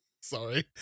Sorry